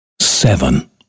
seven